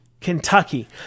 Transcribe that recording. Kentucky